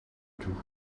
tout